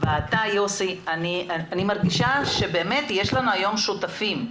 ואתה יוסי, אני מרגישה שבאמת יש לנו היום שותפים,